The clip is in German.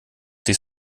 sich